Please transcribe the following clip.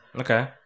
okay